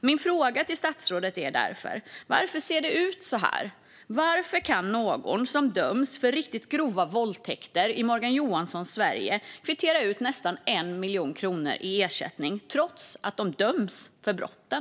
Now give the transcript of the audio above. Min fråga till statsrådet är därför: Varför ser det ut så här? Varför kan de som döms för riktigt grova våldtäkter i Morgan Johanssons Sverige kvittera ut nästan 1 miljon kronor i ersättning trots att de döms för brotten?